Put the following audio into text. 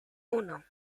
uno